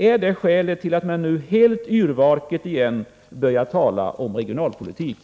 Är det skälet till att centern nu helt yrvaket på nytt börjar tala om regionalpolitik?